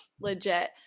legit